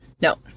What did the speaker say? No